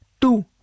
two